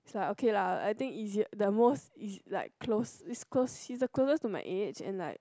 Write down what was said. is like okay lah I think easier the most is like close is close he's the closest to my age and like